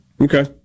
Okay